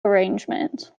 arrangements